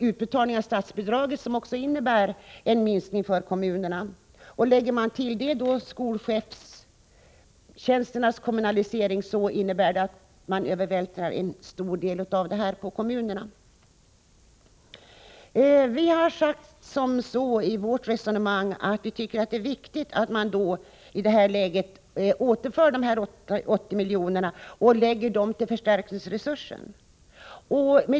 Utbetalningen av statsbidragen har också förändrats, vilket innebär en ytterligare minskning för kommunerna. Till det kan läggas skolchefstjänsternas kommunalisering. Detta betyder att regeringen övervältrar en stor del av kostnaderna på kommunerna. Enligt vårt resonemang är det viktigt att vi i detta läge återför dessa 80 miljoner till kommunerna och lägger dem på förstärkningsresursen.